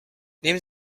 neben